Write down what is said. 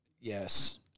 yes